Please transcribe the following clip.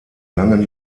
langen